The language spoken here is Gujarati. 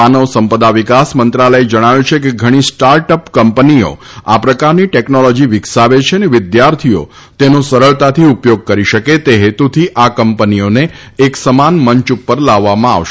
માનવ સંપદા વિકાસ મંત્રાલયે જણાવ્યું છે કે ઘણી સ્ટાર્ટઅપ કંપનીઓ આ પ્રકારની ટેકનોલોજી વિકસાવે છે અને વિદ્યાર્થીઓ તેનો સરળતાથી ઉપથોગ કરી શકે તે હેતુથી આ કંપનીઓને એક સમાન મંચ ઉપર લાવવામાં આવશે